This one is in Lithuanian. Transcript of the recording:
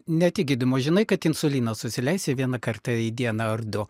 ne tik gydymo žinai kad insuliną susileisi vieną kartą į dieną ar du